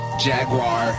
Jaguar